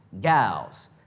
gals